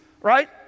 right